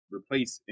Replace